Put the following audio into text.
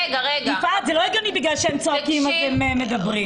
יפעת, לא הגיוני שבגלל שהם צועקים הם מדברים.